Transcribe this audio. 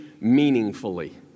meaningfully